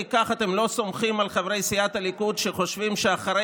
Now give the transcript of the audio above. אתם לא סומכים על חברי סיעת הליכוד שחושבים שאחרי